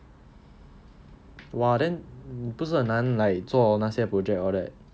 !wah! then 不是很难 like 做那些 project and all that